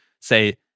say